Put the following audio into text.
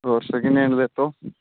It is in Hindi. और सेकन्ड हैन्ड लें तो